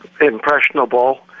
impressionable